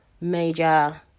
major